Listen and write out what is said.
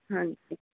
ਹਾਂਜੀ